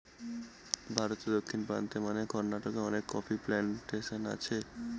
ভারতে দক্ষিণ প্রান্তে মানে কর্নাটকে অনেক কফি প্লানটেশন আছে